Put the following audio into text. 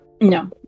No